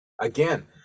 again